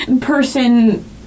person